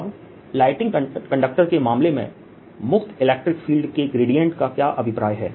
अब lighting conductor के मामले में मुक्त इलेक्ट्रिक फील्ड के ग्रेडियंट का क्या अभिप्राय है